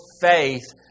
faith